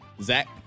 Zach